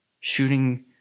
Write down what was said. shooting